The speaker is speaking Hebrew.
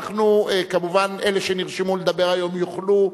וכמובן, אלה שנרשמו לדבר היום, יוכלו.